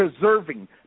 deserving